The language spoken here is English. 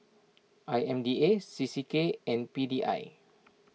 I M D A C C K and P D I